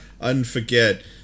unforget